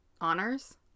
honors